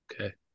okay